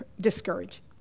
discourage